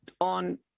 on